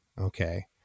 okay